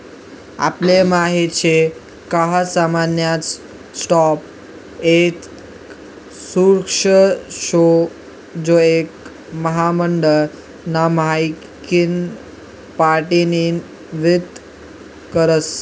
आपले माहित शे का सामान्य स्टॉक एक सुरक्षा शे जो एक महामंडळ ना मालकिनं प्रतिनिधित्व करस